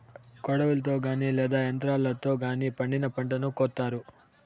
కొడవలితో గానీ లేదా యంత్రాలతో గానీ పండిన పంటను కోత్తారు